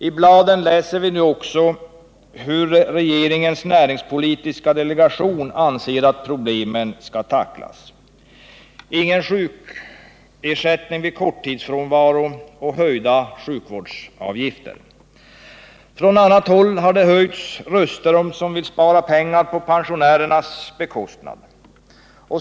I bladen läser vi nu också hur regeringens näringspolitiska delegation anser att problemen skall tacklas: ingen sjukersättning vid korttidsfrånvaro och höjda sjukvårdsavgifter. Från annat håll har det höjts röster som vill spara pengar på pensionärernas bekostnad.